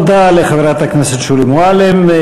תודה לחברת הכנסת שולי מועלם.